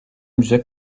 müze